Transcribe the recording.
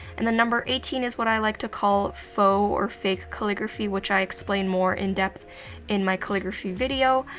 and then, number eighteen is what i like to call faux or fake calligraphy, which i explain more in-depth in my calligraphy video,